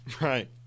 Right